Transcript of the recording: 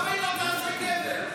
המדינה עושה כביש,